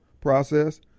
process